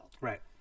Right